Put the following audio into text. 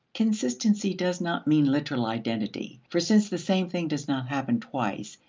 consistency does not mean literal identity for since the same thing does not happen twice,